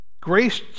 grace